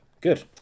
Good